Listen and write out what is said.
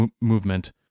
movement